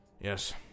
Yes